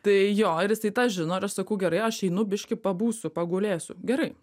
tai jo ir jisai tą žino ir aš sakau gerai aš einu biški pabūsiu pagulėsiu gerai